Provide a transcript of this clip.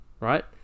right